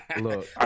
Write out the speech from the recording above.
Look